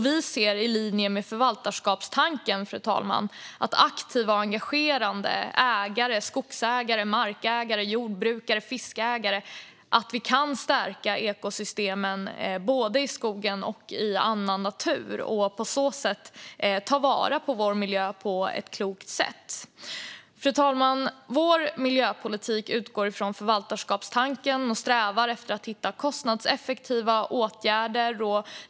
Vi ser i linje med förvaltarskapstanken, fru talman, att aktiva och engagerade ägare - skogsägare, markägare, jordbrukare, fiskare - kan stärka ekosystemen både i skogen och i annan natur och på så sätt ta vara på vår miljö på ett klokt sätt. Fru talman! Vår miljöpolitik utgår från förvaltarskapstanken och strävar efter att hitta kostnadseffektiva åtgärder.